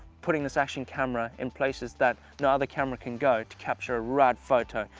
putting this action camera in places that no other camera can go to capture a rad photo.